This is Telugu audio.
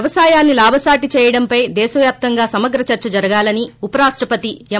వ్యవసాయాన్ని లాభసాటి చేయడంపై దేశవ్యాప్తంగా సమగ్ర చర్స జరగాలని ఉపరాష్టపతి ఎం